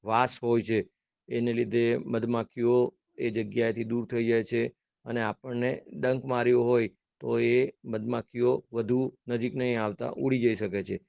વાસ હોય છે એને લીધે મધમાખીઓ એ જગ્યાએથી દૂર થઈ જાય છે અને આપણને ડંખ માર્યો હોય તો એ મધમાખીઓ વધુ નજીક નહીં આવતા એ ઊડી જઈ શકે છે